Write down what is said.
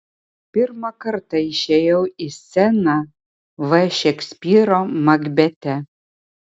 pirmą kartą išėjau į sceną v šekspyro makbete